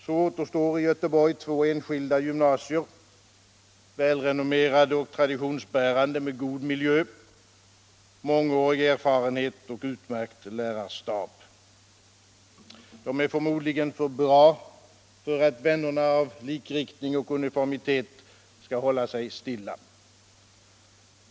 Så återstår i Göteborg två enskilda gymnasier, väl renommerade och traditionsbärande och med god miljö, mångårig erfarenhet och utmärkta lärarstaber. De är förmodligen för bra för att vännerna av likriktning och uniformitet skall kunna hålla sig stilla.